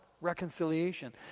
reconciliation